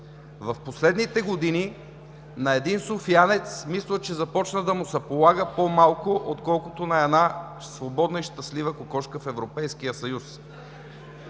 в последните години на един софиянец започна да му се полага по-малко, отколкото на една свободна и щастлива кокошка в Европейския съюз.